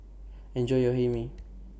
Enjoy your Hae Mee